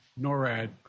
NORAD